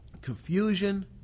Confusion